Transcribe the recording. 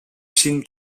shin